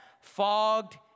fogged